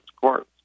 courts